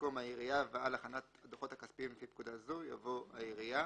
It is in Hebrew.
במקום "העירייה ועל הכנת הדוחות הכספיים לפי פקודה זו" יבוא "העירייה,